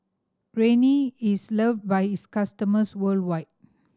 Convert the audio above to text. Rene is loved by its customers worldwide